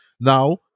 now